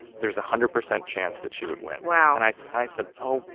there's a hundred percent chance that she would win wow and i so i said, oh,